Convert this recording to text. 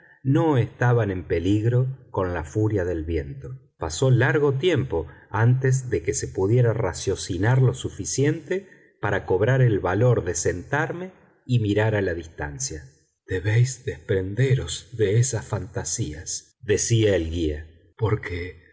no estaban en peligro con la furia del viento pasó largo tiempo antes de que pudiera raciocinar lo suficiente para cobrar el valor de sentarme y mirar a la distancia debéis desprenderos de esas fantasías decía el guía porque